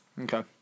Okay